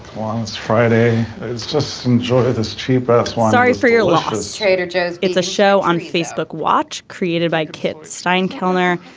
was friday. let's just enjoy this trip but sorry for your loss. trader joe's. it's a show on facebook watch created by kit stein kellner.